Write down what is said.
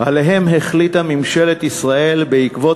שעליהם החליטה ממשלת ישראל בעקבות